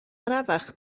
arafach